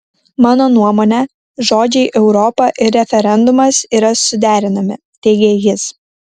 mano nuomone žodžiai europa ir referendumas yra suderinami teigė jis